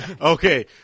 Okay